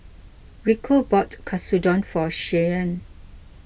Rico bought Katsudon for Shyanne